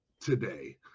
today